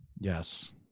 Yes